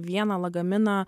vieną lagaminą